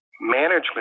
management